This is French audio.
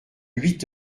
huit